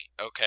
okay